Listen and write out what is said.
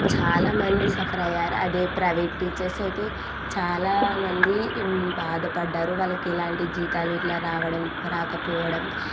చాలామంది సఫర్ అయ్యారు అదే ప్రైవేట్ టీచర్స్ అయితే చాలామంది బాధపడ్డారు వాళ్ళకు ఎలాంటి జీతాలు ఇట్లా రావడం రాకపోవడం